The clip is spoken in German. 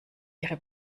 ihre